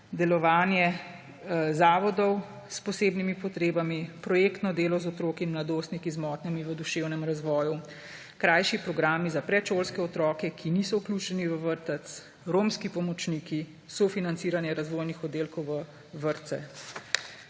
delovanje zavodov s posebnimi potrebami, projektno delo z otroki in mladostniki z motnjami v dušenem razvoju, krajši programi za predšolske otroke, ki niso vključeni v vrtec, romski pomočniki, sofinanciranje razvojnih oddelkov v vrtce.